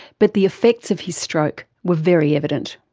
but the effects of his stroke were very evident.